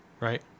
right